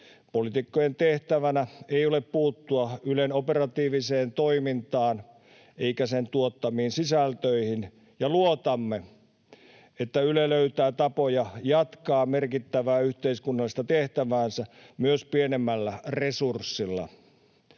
Poliitikkojen tehtävänä ei ole puuttua Ylen operatiiviseen toimintaan eikä sen tuottamiin sisältöihin, ja luotamme, että Yle löytää tapoja jatkaa merkittävää yhteiskunnallista tehtäväänsä myös pienemmällä resurssilla.